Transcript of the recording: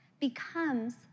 becomes